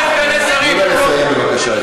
תנו לה לסיים את הדברים, בבקשה.